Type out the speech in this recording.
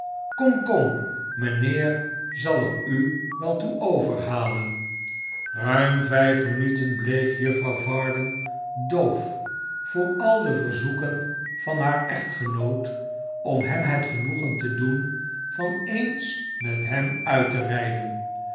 kom kom mijnheer zal er u wel toe overhalen ruim vijf minuten bleef juffrouw varden doof voor aide verzoeken van haar echtgenoot om hem het genoegen te doen van eens met hem uit te rijden